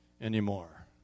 anymore